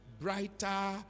brighter